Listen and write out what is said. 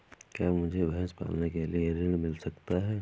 क्या मुझे भैंस पालने के लिए ऋण मिल सकता है?